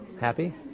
happy